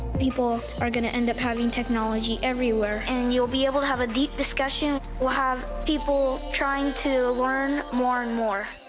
people are going to end up having technology everywhere. and you will be able to have a deep discussion. we'll have people trying to learn more and more.